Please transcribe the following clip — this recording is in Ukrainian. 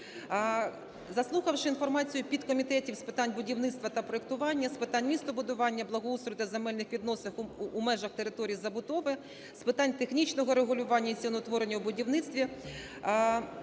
Заслухавши інформацію підкомітетів з питань будівництва та проектування, з питань містобудування, благоустрою та земельних відносин в межах територій забудови, з питань технічного регулювання і ціноутворення у будівництві,